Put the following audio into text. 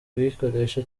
kuyikoresha